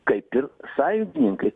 kaip ir sąjungininkai